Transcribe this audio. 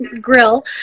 grill